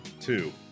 Two